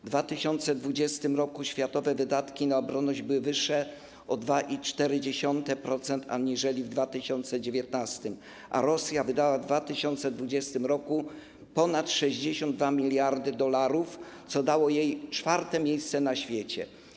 W 2020 r. światowe wydatki na obronność były wyższe o 2,4% aniżeli w 2019 r., a Rosja wydała w 2020 r. ponad 62 mld dolarów, co dało jej czwarte miejsce na świecie.